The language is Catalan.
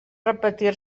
repetir